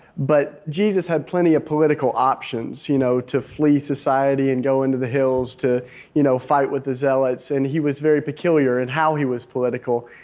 but jesus had plenty of political options you know to flee society and go into the hills to you know fight with the zealots and he was very peculiar in how he was political.